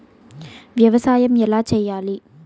వ్యవసాయం ఎలా చేయాలి?